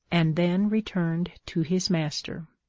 and then returned to his master.